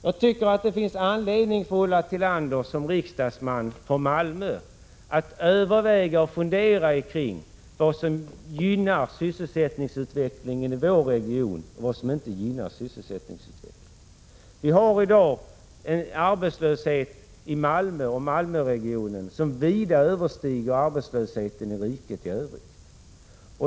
Jag tycker att det finns orsak för Ulla Tillander som riksdagsman från Malmö att fundera kring vad som gynnar sysselsättningsutvecklingen i vår region och vad som inte gör det. Vi har i dag en arbetslöshet i Malmöregionen som vida överstiger arbetslösheten i riket i Övrigt.